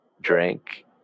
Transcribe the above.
drink